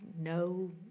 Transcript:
no